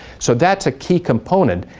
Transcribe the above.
so that's a key component.